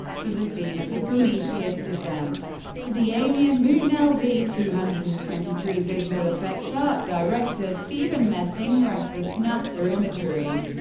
for the scene of the prometheus descent to the alien moon ah lv two hundred and twenty three, visual effects art director steven messing referenced nasa imagery,